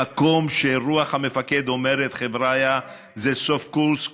במקום שרוח המפקד אומרת: חבריא, זה סוף קורס.